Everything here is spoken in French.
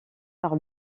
par